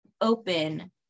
open